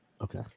Okay